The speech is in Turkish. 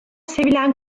sevilen